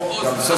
או את סגנית השר.